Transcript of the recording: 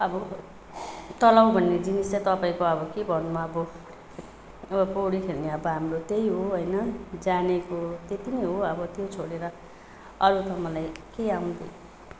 अब तलाउ भन्ने जिनिस चाहिँ तपाईँको अब के भन्नु अब अब पौडी खेल्ने अब हाम्रो त्यही हो होइन जानेको त्यत्ति नै हो अब त्यो छोडेर अरू त मलाई केही आउँदैन